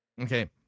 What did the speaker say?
Okay